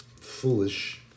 foolish